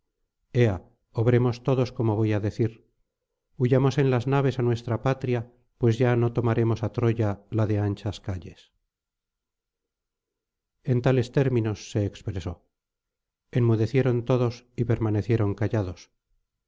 ea obremos todos como voy á decir huyamos en las naves á nuestra patria pues ya no tomaremos á troya la de anchas calles ag en tales términos se expresó enmudecieron todos y permanecieron callados